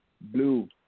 Blue